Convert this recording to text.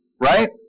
right